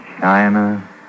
China